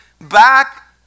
back